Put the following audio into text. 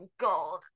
God